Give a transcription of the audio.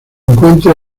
encuentra